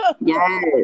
Yes